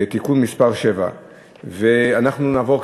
(תיקון מס' 7). אנחנו נעבור,